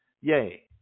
yea